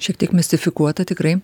šiek tiek mistifikuota tikrai